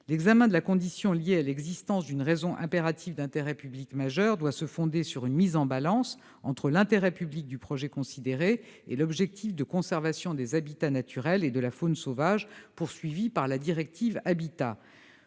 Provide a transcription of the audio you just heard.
L'examen de la condition liée à l'existence d'une « raison impérative d'intérêt public majeur » doit se fonder sur une « mise en balance » entre l'intérêt public du projet considéré et l'objectif de conservation des habitats naturels et de la faune sauvage, visé par la directive Habitats.